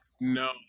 No